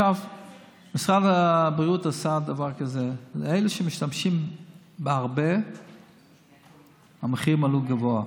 משרד הבריאות עשה דבר כזה: לאלה שמשתמשים בהרבה המחירים עלו מאוד,